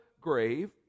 grave